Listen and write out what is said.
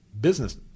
Business